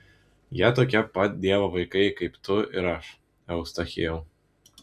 jie tokie pat dievo vaikai kaip tu ir aš eustachijau